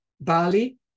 Bali